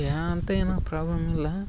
A ಅಂತ ಏನು problem ಇಲ್ಲ